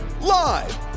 Live